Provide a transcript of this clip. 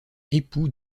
époux